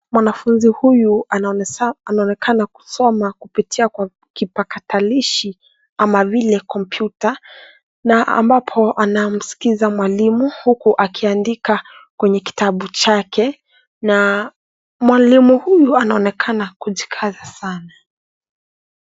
Mwanafunzi huyu anaonekana kusoma kupitia kwa kipatakalishi kama vile kompyuta na ambapo anamsikiza mwalimu huku akiandika kwenye kitabu chake. Na mwalimu huyu anaonekana kujikaza sana.